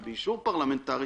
באישור פרלמנטרי